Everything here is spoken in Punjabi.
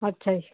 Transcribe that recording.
ਅੱਛਾ ਜੀ